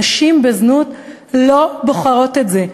נשים שעוסקות בזנות לא בוחרות את זה.